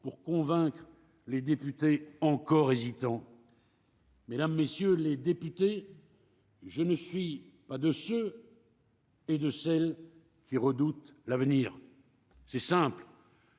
pour convaincre les députés encore hésitants. Mesdames, messieurs les députés, je ne suis pas de ceux. Et de celles-ci redoutent l'avenir c'est simple.